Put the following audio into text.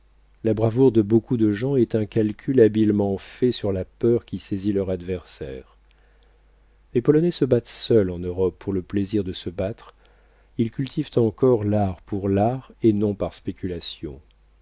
la bravoure de beaucoup de gens est un calcul habilement fait sur la peur qui saisit leur adversaire les polonais se battent seuls en europe pour le plaisir de se battre ils cultivent encore l'art pour l'art et non par spéculation